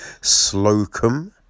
Slocum